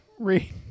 read